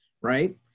Right